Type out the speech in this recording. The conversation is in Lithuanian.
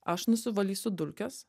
aš nusivalysiu dulkes